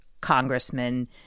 congressman